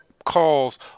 calls